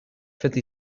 fifty